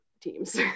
teams